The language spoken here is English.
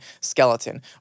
skeleton